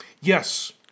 yes